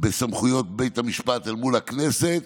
בסמכויות בית המשפט אל מול הכנסת.